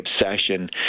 obsession